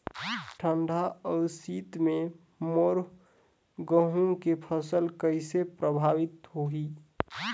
ठंडा अउ शीत मे मोर गहूं के फसल कइसे प्रभावित होही?